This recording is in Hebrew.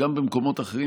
גם במקומות אחרים,